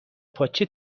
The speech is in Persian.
پاچه